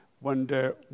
wonder